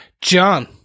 John